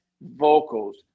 vocals